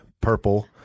purple